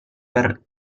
per